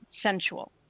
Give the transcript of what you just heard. sensual